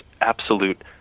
absolute